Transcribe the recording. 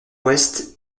ouest